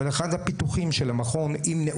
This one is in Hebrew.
אבל אחד הפיתוחים של המכון ימנע